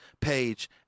page